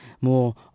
more